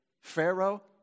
Pharaoh